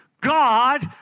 God